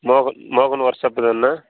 மோகன் மோகன் work shop தானண்ணா